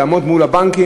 לעמוד מול הבנקים.